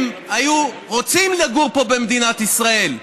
הם היו רוצים לגור פה במדינת ישראל,